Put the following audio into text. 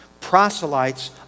proselytes